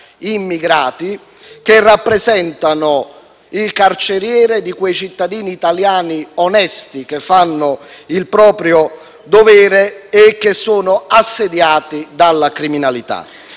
immigrati, che rappresentano i carcerieri di quei cittadini italiani onesti, che fanno il proprio dovere e che sono assediati dalla criminalità.